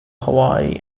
hawaii